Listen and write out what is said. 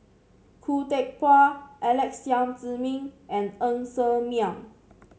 Khoo Teck Puat Alex Yam Ziming and Ng Ser Miang